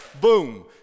boom